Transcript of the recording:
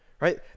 right